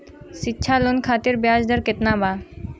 शिक्षा लोन खातिर ब्याज दर केतना बा?